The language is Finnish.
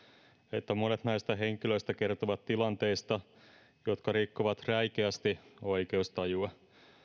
että monet näistä henkilöistä kertovat tilanteista jotka rikkovat räikeästi oikeustajua